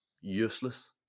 Useless